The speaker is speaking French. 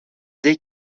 dès